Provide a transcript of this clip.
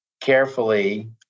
carefully